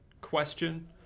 question